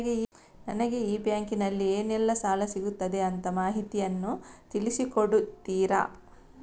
ನನಗೆ ಈ ಬ್ಯಾಂಕಿನಲ್ಲಿ ಏನೆಲ್ಲಾ ಸಾಲ ಸಿಗುತ್ತದೆ ಅಂತ ಮಾಹಿತಿಯನ್ನು ತಿಳಿಸಿ ಕೊಡುತ್ತೀರಾ?